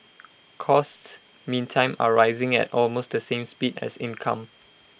costs meantime are rising at almost the same speed as income